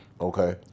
Okay